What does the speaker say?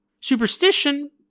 superstition